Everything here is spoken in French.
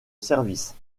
service